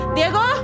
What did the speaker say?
Diego